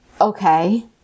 Okay